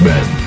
Men